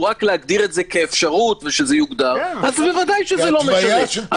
רק להגדיר את זה כאפשרות ודאי שזה לא משנה.